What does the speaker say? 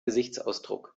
gesichtsausdruck